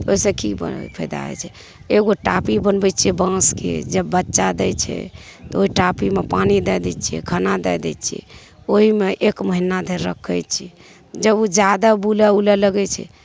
ओहिसँ की फैदा होइ छै एगो टापी बनबै छियै बांँसके जब बच्चा दइ छै तऽ ओहि टापीमे पानि दै दइ छियै खाना दै दइ छियै ओहिमे एक महिना धरि रखै छियै जब ओ जादा बुलै उलै लगै छै